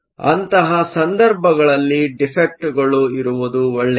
ಅಂತಹ ಸಂದರ್ಭಗಳಲ್ಲಿ ಡಿಫೆಕ್ಟ್Defectಗಳು ಇರುವುದು ಒಳ್ಳೆಯದು